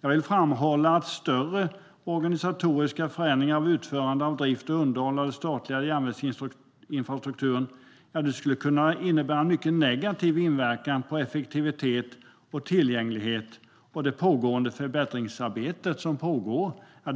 Jag vill framhålla att större organisatoriska förändringar av utförandet av drift och underhåll av den statliga järnvägsinfrastrukturen skulle innebära en mycket negativ inverkan på effektivitet och tillgänglighet, och det pågående förbättringsarbetet